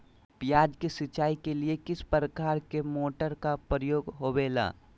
प्याज के सिंचाई के लिए किस प्रकार के मोटर का प्रयोग होवेला?